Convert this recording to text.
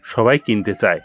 সবাই কিনতে চায়